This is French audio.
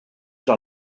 dans